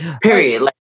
Period